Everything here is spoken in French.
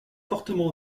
fortement